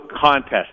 contest